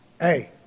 Hey